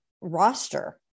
roster